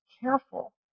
careful